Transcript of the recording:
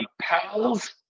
Pals